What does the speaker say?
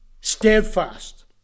steadfast